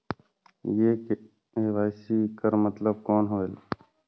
ये के.वाई.सी कर मतलब कौन होएल?